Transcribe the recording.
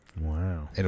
Wow